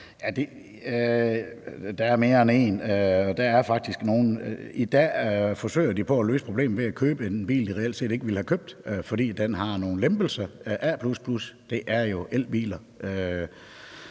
der er faktisk nogle. I dag forsøger de på at løse problemet ved at købe en bil, de reelt set ikke ville have købt, fordi den har nogle lempelser af A++; det er jo elbiler.